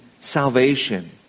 salvation